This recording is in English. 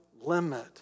limit